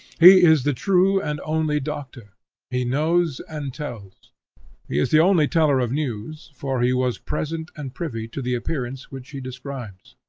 he is the true and only doctor he knows and tells he is the only teller of news, for he was present and privy to the appearance which he describes.